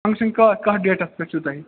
function کَر کَتھ details پٮ۪ٹھ چھُو توہہِ